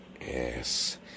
Yes